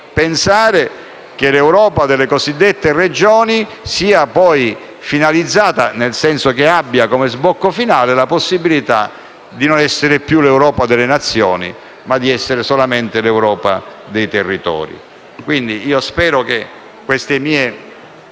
pensare che l'Europa delle cosiddette regioni sia poi finalizzata, nel senso che abbia come sbocco finale la possibilità di non essere più l'Europa delle Nazioni, ma di essere solamente l'Europa dei territori. Spero che queste mie